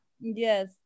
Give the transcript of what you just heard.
yes